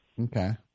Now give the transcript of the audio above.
Okay